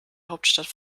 hauptstadt